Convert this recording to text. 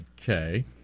Okay